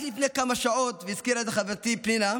רק לפני כמה שעות, והזכירה את זה חברתי פנינה,